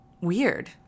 Weird